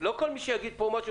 לא כל מי שיגיד פה משהו,